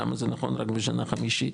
למה זה נכון רק בשנה חמישית?